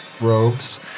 robes